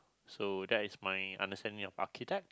so that is my understanding of archetype